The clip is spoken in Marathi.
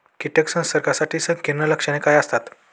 कीटक संसर्गाची संकीर्ण लक्षणे काय असतात?